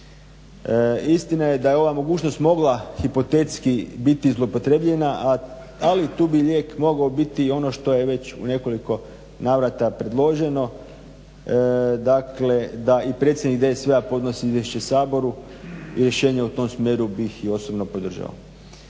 Istina je da je ova mogućnost mogla hipotetski biti zloupotrijebljena, ali tu bi lijek mogao biti ono što je već u nekoliko navrata predloženo, dakle da i predsjednik DSV-a podnosi izvješće Saboru i rješenje u tom smjeru bih i osobno podržao.